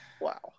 Wow